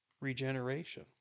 regeneration